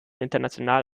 international